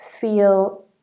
feel